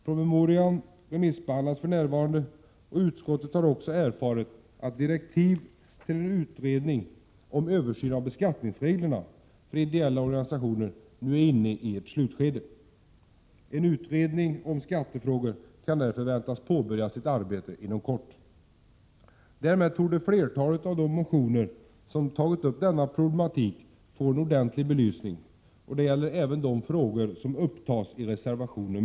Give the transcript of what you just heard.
Promemorian remissbehandlas för närvarande, och utskottet har också erfarit att direktiv till en utredning om översyn av beskattningsreglerna för ideella organisationer nu är inne i ett slutskede. En utredning om skattefrågorna kan därför väntas påbörja sitt arbete inom kort. Därmed torde flertalet av de motioner där denna problematik har tagits upp få en ordentlig belysning, och det gäller även de frågor som tas upp i reservation 1.